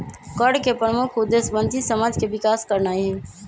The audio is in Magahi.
कर के प्रमुख उद्देश्य वंचित समाज के विकास करनाइ हइ